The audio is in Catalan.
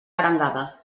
arengada